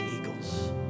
eagles